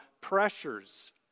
pressures